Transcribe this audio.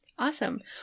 Awesome